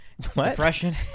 depression